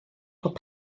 bod